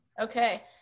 Okay